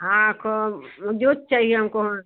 हाँ ख़ूब मज़बूत चाहिए हमको हाँ